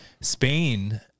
Spain